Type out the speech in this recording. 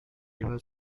email